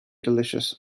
delicious